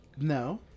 no